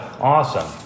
Awesome